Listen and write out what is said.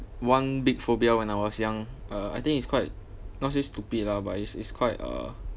one big phobia when I was young uh I think it's quite not to say stupid lah but it's is quite uh